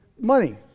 money